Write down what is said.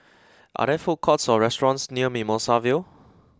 are there food courts or restaurants near Mimosa Vale